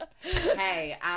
Hey